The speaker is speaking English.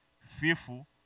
Fearful